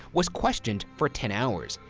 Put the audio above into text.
was questioned for ten hours,